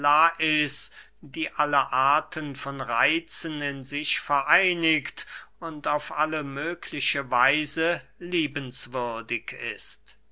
lais die alle arten von reitzen in sich vereiniget und auf alle mögliche weise liebenswürdig ist